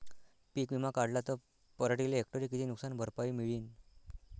पीक विमा काढला त पराटीले हेक्टरी किती नुकसान भरपाई मिळीनं?